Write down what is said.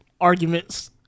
arguments